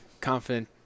confident